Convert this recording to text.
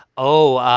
oh,